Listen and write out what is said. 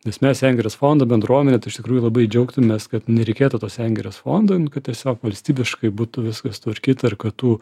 nes mes sengirės fondo bendruomenė tai iš tikrųjų labai džiaugtumės kad nereikėtų to sengirės fondo tiesiog valstybiškai būtų viskas sutvarkyta ir kad tų